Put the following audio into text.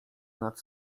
nad